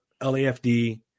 LAFD